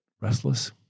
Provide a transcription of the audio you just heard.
restless